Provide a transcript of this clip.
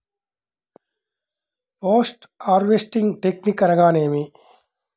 Post harvesting technique అనగా నేమి?